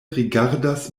rigardas